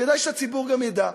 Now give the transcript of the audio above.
שכדאי שהציבור גם ידע: